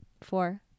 Four